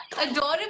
adorable